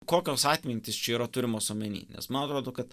kokios atmintys čia yra turimos omeny nes man atrodo kad